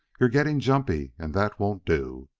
you're getting jumpy, and that won't do.